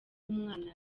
umwana